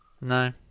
no